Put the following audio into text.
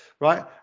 Right